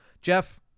jeff